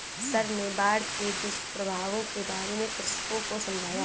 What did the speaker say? sir ने बाढ़ के दुष्प्रभावों के बारे में कृषकों को समझाया